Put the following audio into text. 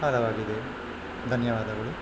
ಕಾಲವಾಗಿದೆ ಧನ್ಯವಾದಗಳು